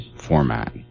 format